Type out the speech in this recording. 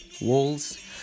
Walls